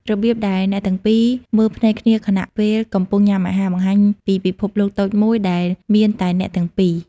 របៀបដែលអ្នកទាំងពីរមើលភ្នែកគ្នាខណៈពេលកំពុងញ៉ាំអាហារ បង្ហាញពីពិភពលោកតូចមួយដែលមានតែអ្នកពីរនាក់។